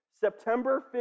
September